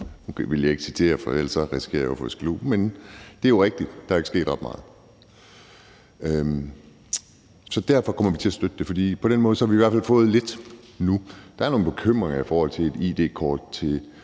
Nu vil jeg ikke citere, for ellers risikerer jeg at få skældud, men det er jo rigtigt, at der ikke er sket ret meget, så derfor kommer vi til at støtte det, og på den måde har vi i hvert fald fået lidt nu. Der er nogle bekymringer i forhold til et id-kort til